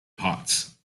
potts